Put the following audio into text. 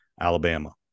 Alabama